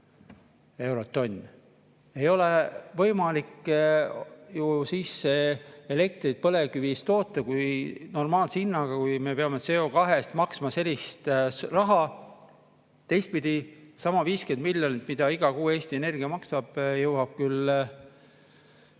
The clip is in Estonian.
eurot tonn. Aga ei ole võimalik ju elektrit põlevkivist toota normaalse hinnaga, kui me peame CO2eest maksma sellist raha. Teistpidi seesama 50 miljonit, mida iga kuu Eesti Energia maksab, jõuab küll